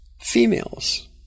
females